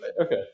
Okay